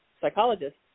psychologist